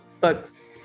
books